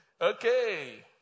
Okay